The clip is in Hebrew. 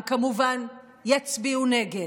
הם כמובן יצביעו נגד.